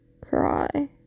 cry